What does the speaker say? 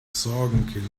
sorgenkind